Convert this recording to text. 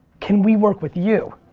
can we work with you?